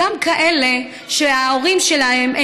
גם לכאלה שההורים שלהם,